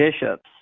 bishops